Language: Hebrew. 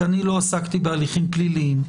כי אני לא עסקתי בהליכים פליליים,